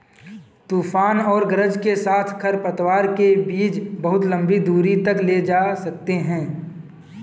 तूफान और गरज के साथ खरपतवार के बीज बहुत लंबी दूरी तक ले जा सकते हैं